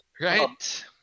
Right